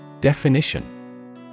Definition